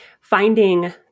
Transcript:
finding